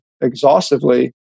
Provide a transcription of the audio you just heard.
exhaustively